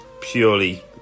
purely